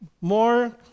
more